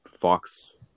Fox